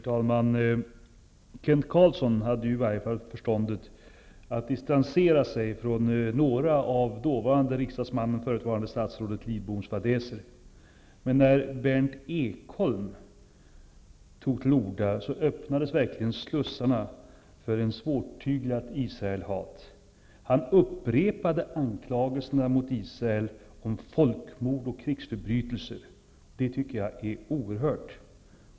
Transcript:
Herr talman! Kent Carlsson hade i alla fall förstånd att distansera sig från några av dåvarande riksdagsmannen, förutvarande statsrådet Lidboms fadäser. När Berndt Ekholm tog till orda öppnades emellertid verkligen slussarna för ett svårtyglat Israelhat. Han upprepade anklagelserna mot Israel om folkmord och krigsförbrytelser. Det tycker jag är oerhört.